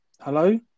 Hello